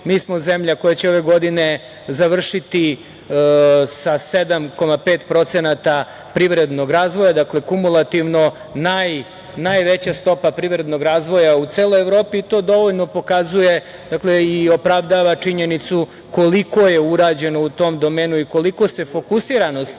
Mi smo zemlja koja će ove godine završiti sa 7,5% privrednog razvoja, dakle kumulativno najveća stopa privrednog razvoja u celoj Evropi. To dovoljno pokazuje i opravdava činjenicu koliko je urađeno u tom domenu i koliko se fokusiranost